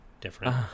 different